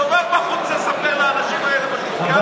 תסתובב בחוץ, תספר לאנשים האלה, חבר